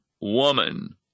woman